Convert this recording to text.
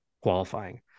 qualifying